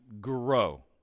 grow